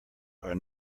are